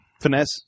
Finesse